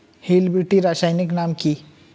Hill বিটি রাসায়নিক নাম কি?